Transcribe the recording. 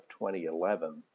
2011